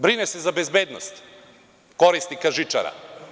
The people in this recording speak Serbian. Brine se za bezbednost korisnika žičara?